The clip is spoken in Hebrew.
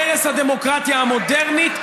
ערש הדמוקרטיה המודרנית,